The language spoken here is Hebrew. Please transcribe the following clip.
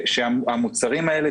המוצרים האלה,